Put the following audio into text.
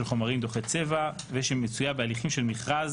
חומרים דוחי צבע ושהיא מצויה בהליכים של מכרז